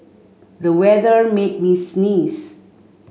the weather made me sneeze